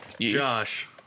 Josh